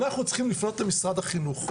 אנחנו צריכים לפנות למשרד החינוך,